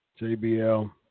JBL